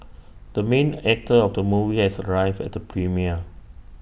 the main actor of the movie has arrived at the premiere